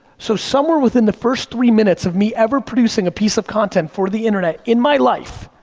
so, somewhere within the first three minutes of me ever producing a piece of content for the internet in my life,